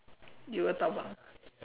you will talk about